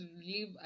leave